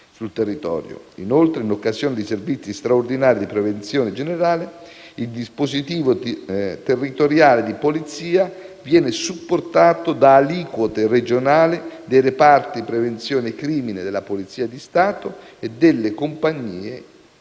Inoltre, in occasione di servizi straordinari di prevenzione generale, il dispositivo territoriale di polizia viene supportato da aliquote regionali dei reparti prevenzione crimine della Polizia di Stato e delle compagnie di